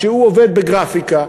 שהוא עובד בגרפיקה,